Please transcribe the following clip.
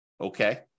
Okay